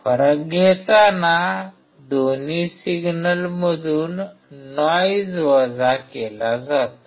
फरक घेताना दोन्ही सिग्नलमधून नॉइज वजा केला जातो